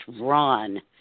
run